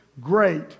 Great